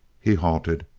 he halted.